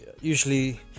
Usually